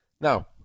Now